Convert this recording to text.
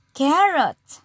carrot